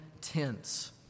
tents